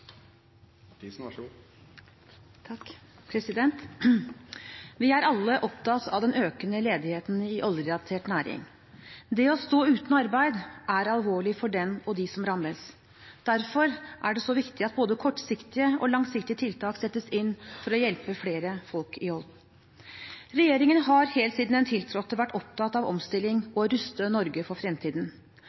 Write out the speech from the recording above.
det så viktig at både kortsiktige og langsiktige tiltak settes inn for å hjelpe flere folk i jobb. Regjeringen har helt siden den tiltrådte vært opptatt av omstilling og å ruste Norge for fremtiden.